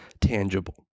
tangible